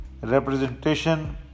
representation